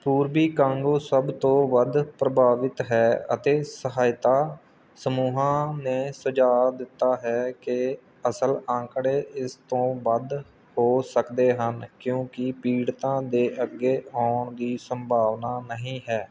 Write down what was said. ਪੂਰਬੀ ਕਾਂਗੋ ਸਭ ਤੋਂ ਵੱਧ ਪ੍ਰਭਾਵਿਤ ਹੈ ਅਤੇ ਸਹਾਇਤਾ ਸਮੂਹਾਂ ਨੇ ਸੁਝਾਅ ਦਿੱਤਾ ਹੈ ਕਿ ਅਸਲ ਅੰਕੜੇ ਇਸ ਤੋਂ ਵੱਧ ਹੋ ਸਕਦੇ ਹਨ ਕਿਉਂਕਿ ਪੀੜਤਾਂ ਦੇ ਅੱਗੇ ਆਉਣ ਦੀ ਸੰਭਾਵਨਾ ਨਹੀਂ ਹੈ